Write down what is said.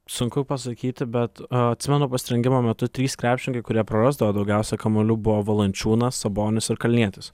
sunku pasakyti bet atsimenu pasirengimo metu trys krepšininkai kurie prarasdavo daugiausiai kamuolių buvo valančiūnas sabonis ir kalnietis